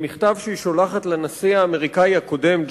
במכתב שהיא שולחת לנשיא האמריקני הקודם,